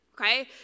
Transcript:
okay